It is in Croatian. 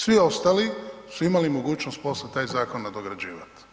Svi ostali su imali mogućnost poslije taj zakon nadograđivati.